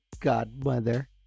godmother